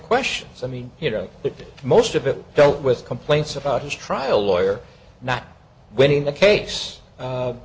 questions i mean you know that most of it dealt with complaints about his trial lawyer not winning the case